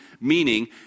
Meaning